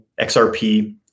XRP